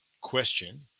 question